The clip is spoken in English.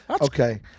Okay